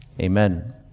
Amen